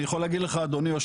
זאת רק פעילות של המטה.